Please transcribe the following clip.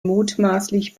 mutmaßlich